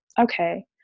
okay